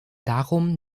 darum